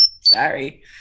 sorry